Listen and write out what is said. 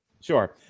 sure